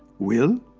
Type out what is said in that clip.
will,